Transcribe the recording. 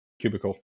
cubicle